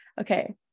Okay